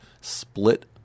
Split